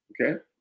Okay